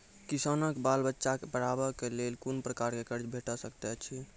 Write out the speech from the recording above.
किसानक बाल बच्चाक पढ़वाक लेल कून प्रकारक कर्ज भेट सकैत अछि?